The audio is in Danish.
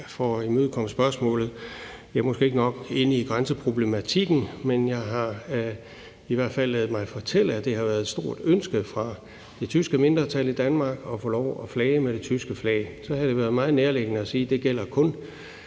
For at imødekomme spørgsmålet vil jeg sige, at jeg måske ikke er nok inde i grænseproblematikken, men jeg har i hvert fald ladet mig fortælle, at det har været et stort ønske fra det tyske mindretal i Danmark at få lov at flage med det tyske flag. Så havde det været meget nærliggende at sige, at det kun